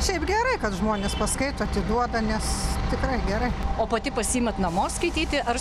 šiaip gerai kad žmonės paskaito atiduoda nes tikrai gerai o pati pasiimat namo skaityti ar